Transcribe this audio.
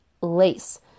lace